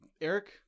Eric